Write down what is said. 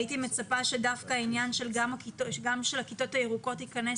הייתי מצפה שדווקא העניין של הכיתות הירוקות ייכנס